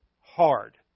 hard